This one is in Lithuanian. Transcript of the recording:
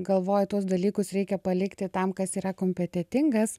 galvoji tuos dalykus reikia palikti tam kas yra kompetetingas